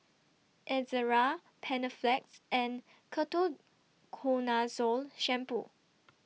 Ezerra Panaflex and Ketoconazole Shampoo